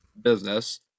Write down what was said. business